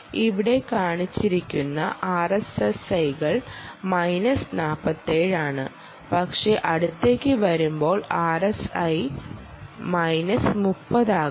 ഇവിടെ കാണിച്ചിരിക്കുന്ന ആർഎസ്എസ്ഐകൾ മൈനസ് 47 ആണ് പക്ഷേ അടുത്തേക്ക് വരുമ്പോൾ ആർഎസ്എസ്ഐ മൈനസ് 30 ആകുന്നു